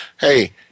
Hey